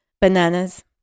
bananas